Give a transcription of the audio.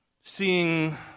seeing